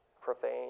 profane